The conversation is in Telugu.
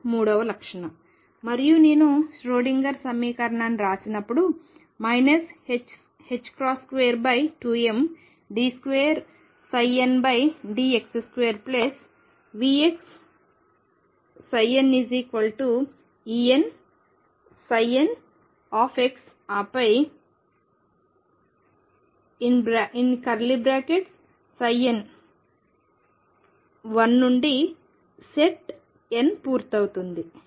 ఇది మూడవ లక్షణం మరియు నేను ష్రోడింగర్ సమీకరణాన్ని వ్రాసినప్పుడు 22md2ndx2VxnEnn ఆపై n 1 నుండి సెట్ n పూర్తవుతుంది